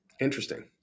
Interesting